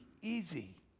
easy